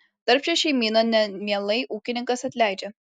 darbščią šeimyną nemielai ūkininkas atleidžia